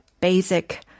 basic